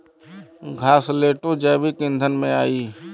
घासलेटो जैविक ईंधन में आई